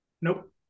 Nope